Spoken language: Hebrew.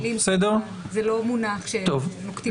זה לא מונח שנוקטים בו.